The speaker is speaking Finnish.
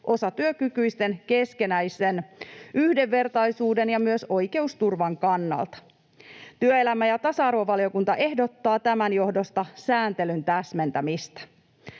osatyökykyisten keskinäisen yhdenvertaisuuden ja myös oikeusturvan kannalta. Työelämä‑ ja tasa-arvovaliokunta ehdottaa tämän johdosta sääntelyn täsmentämistä.